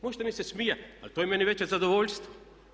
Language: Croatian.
Možete mi se smijati ali to je meni veće zadovoljstvo.